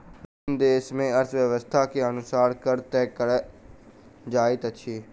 विभिन्न देस मे अर्थव्यवस्था के अनुसार कर तय कयल जाइत अछि